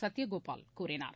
சத்திய கோபால் கூறினார்